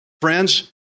Friends